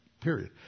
period